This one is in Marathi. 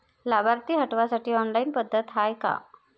लाभार्थी हटवासाठी ऑनलाईन पद्धत हाय का?